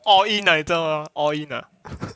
all in ah 知道吗 all in ah